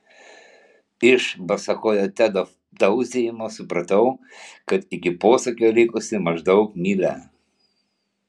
iš basakojo tedo tauzijimo supratau kad iki posūkio likusi maždaug mylia